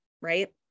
right